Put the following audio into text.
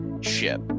ship